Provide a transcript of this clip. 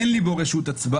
אין לי בו רשות הצבעה.